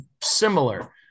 similar